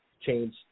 change